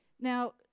Now